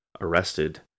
arrested